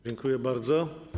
Dziękuję bardzo.